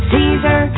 Caesar